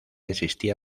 existía